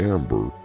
Amber